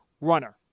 runner